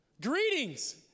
greetings